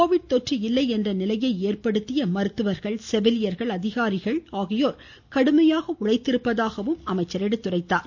Covid தொற்று இல்லை என்ற நிலையை ஏற்படுத்த மருத்துவர்கள் செவிலியர்கள் அதிகாரிகள் கடுமையாக உழைத்திருப்பதாக கூறினார்